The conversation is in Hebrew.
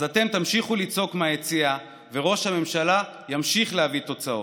אז אתם תמשיכו לצעוק מהיציע וראש הממשלה ימשיך להביא תוצאות.